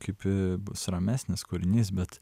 kaip bus ramesnis kūrinys bet